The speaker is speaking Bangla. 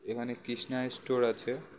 এখানে কৃষ্ণা স্টোর আছে